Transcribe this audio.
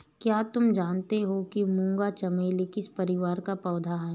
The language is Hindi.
क्या तुम जानते हो कि मूंगा चमेली किस परिवार का पौधा है?